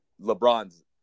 LeBron's